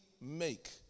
make